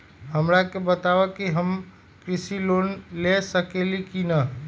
हमरा के बताव कि हम कृषि लोन ले सकेली की न?